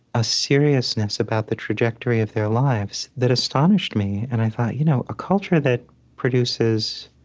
a seriousness about the trajectory of their lives that astonished me and i thought you know a culture that produces